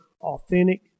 authentic